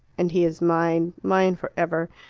and he is mine mine for ever.